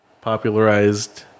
Popularized